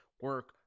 Work